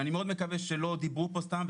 אני מאוד מקווה שלא דיברו פה סתם,